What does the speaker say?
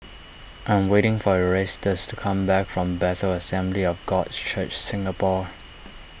I am waiting for Erastus to come back from Bethel Assembly of God Church Singapore